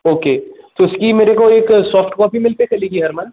okay तो उसकी मेरे को एक सॉफ़्ट कॉपी मिलते चलेगी हर मंथ